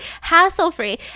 hassle-free